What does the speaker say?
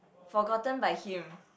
forgotten by him